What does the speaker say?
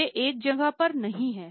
वे एक जगह पर नहीं हैं